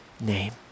name